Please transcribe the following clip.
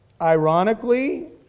ironically